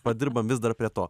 padirbam vis dar prie to